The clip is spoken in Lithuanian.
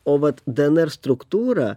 o vat dnr struktūra